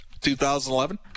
2011